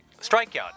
strikeout